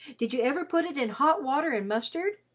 did you ever put it in hot water and mustard?